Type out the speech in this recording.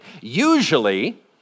Usually